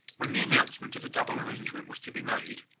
when the announcement of the double arrangement was to be made,